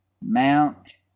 Mount